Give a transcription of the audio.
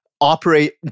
operate